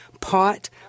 pot